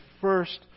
first